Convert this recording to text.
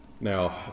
now